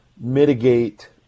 mitigate